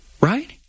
right